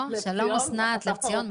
שלום אסנת לבציון,